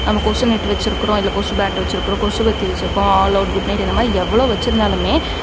நம்ம கொசு நெட்டு வெச்சுருக்குறோம் இல்லை கொசு பேட்டு வெச்சுருக்குறோம் கொசுவத்தி வெச்சுருக்கோம் ஆல் அவுட் குட் நைட் இந்த மாதிரி எவ்வளவு வச்சுருந்தாலுமே